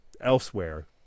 elsewhere